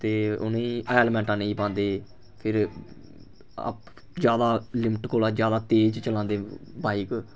ते उ'नेंगी हैलमेटां नेईं पांदे फिर ज्यादा लिम्ट कोला ज्यादा तेज चलांदे बाइक